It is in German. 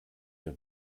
der